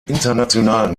internationalen